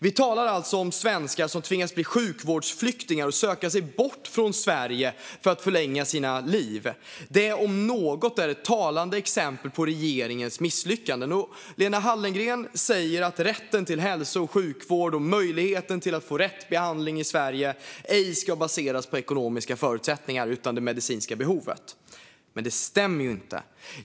Vi talar alltså om svenskar som tvingas bli sjukvårdsflyktingar och söka sig bort från Sverige för att förlänga sina liv. Det om något är ett talande exempel på regeringens misslyckanden. Lena Hallengren säger att rätten till hälso och sjukvård och möjligheten till att få rätt behandling i Sverige ej ska baseras på ekonomiska förutsättningar utan på det medicinska behovet, men det stämmer ju inte.